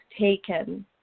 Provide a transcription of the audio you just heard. taken